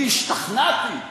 אני השתכנעתי,